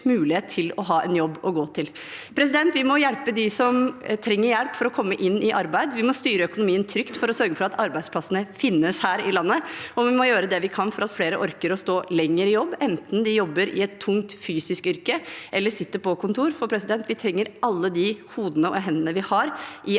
til å ha en jobb å gå til. Vi må hjelpe dem som trenger hjelp til å komme inn i arbeid, vi må styre økonomien trygt for å sørge for at arbeidsplassene finnes her i landet, og vi må gjøre det vi kan for at flere orker å stå lenger i jobb, enten de jobber i et tungt fysisk yrke eller sitter på kontor. For vi trenger alle de hodene og hendene vi har i arbeid